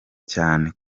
cyane